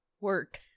work